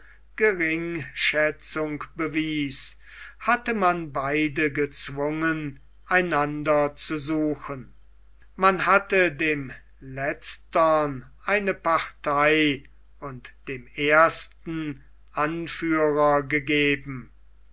geringschätzung bewies hatte man beide gezwungen einander zu suchen man hatte dem letztern eine partei und dem ersten anführer gegeben